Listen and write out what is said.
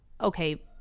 okay